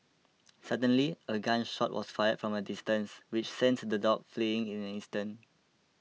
suddenly a gun shot was fired from a distance which sent the dog fleeing in an instant